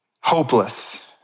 hopeless